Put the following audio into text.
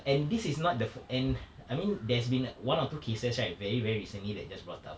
and this is not the fir~ and I mean there's been one or two cases right very very recently that they just brought up